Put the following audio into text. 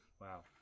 wow